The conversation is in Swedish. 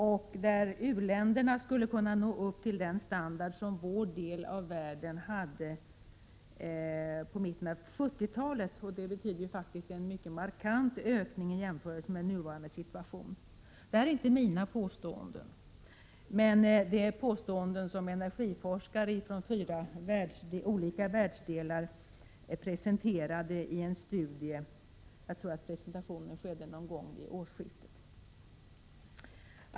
U-länderna skulle härigenom kunna nå upp till den standard som vår del av världen hade i mitten av 1970-talet. Det skulle innebära en mycket markant ökning av standarden jämfört med den nuvarande. Detta är inte mina påståenden, utan det är påståenden som energiforskare från fyra världsdelar presenterat i en studie som lades fram någon gång vid årsskiftet.